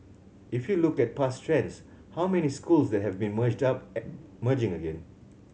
if you look at past trends how many schools that have been merged up merging again